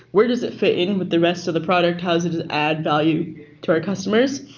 where does it fit in with the rest of the product? how does it add value to our customers?